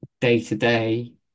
day-to-day